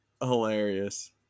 hilarious